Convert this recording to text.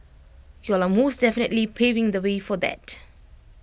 y'all are most definitely paving the way for that